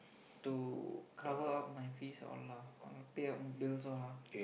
to cover up my fees all lah pay up my bills all lah